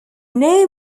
were